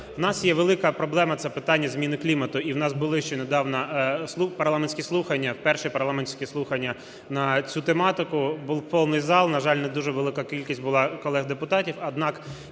В нас є велика проблема – це питання зміни клімату. І в нас були ще недавно парламентські слухання, перші парламентські слухання на цю тематику, був повний зал, на жаль, не дуже велика кількість була колег депутатів.